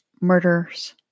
murders